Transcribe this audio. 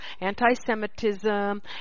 anti-Semitism